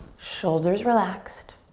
shoulders relaxed.